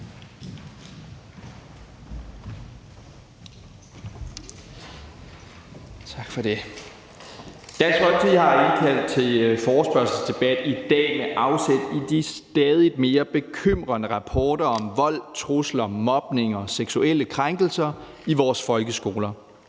Dansk Folkeparti har indkaldt til forespørgselsdebat i dag med afsæt i de stadigt mere bekymrende rapporter om vold, trusler, mobning og seksuelle krænkelser i vores folkeskoler.